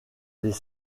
les